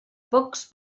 pocs